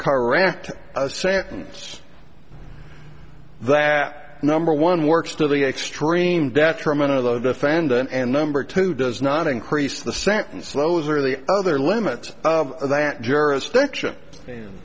correct a sentence that number one works to the extreme detriment of the defendant and number two does not increase the sentence slows or the other limits that jurisdiction an